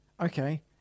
Okay